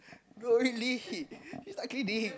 no really he's not kidding